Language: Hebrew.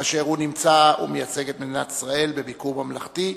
כאשר הוא מייצג את מדינת ישראל בביקור ממלכתי.